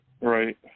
Right